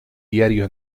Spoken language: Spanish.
diario